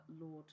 Lord